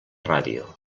ràdio